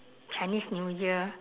chinese new year